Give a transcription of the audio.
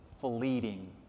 fleeting